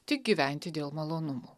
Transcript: tik gyventi dėl malonumų